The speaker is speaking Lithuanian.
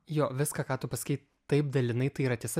jo viską ką tu pasakei taip dalinai tai yra tiesa